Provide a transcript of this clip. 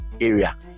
area